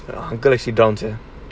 uncle actually don't to